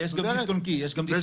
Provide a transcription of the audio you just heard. אתם אומרים שעם הקבע למפלגה הזאת מגיע